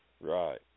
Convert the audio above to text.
Right